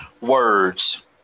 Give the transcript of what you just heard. words